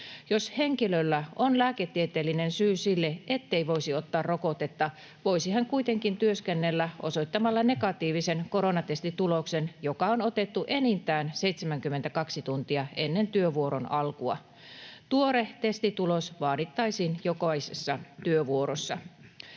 Jos henkilöllä on lääketieteellinen syy sille, ettei voisi ottaa rokotetta, voisi hän kuitenkin työskennellä osoittamalla negatiivisen koronatestituloksen, joka on otettu enintään 72 tuntia ennen työvuoron alkua. Tuore testitulos vaadittaisiin jokaisessa työvuorossa.